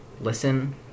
listen